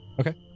Okay